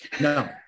no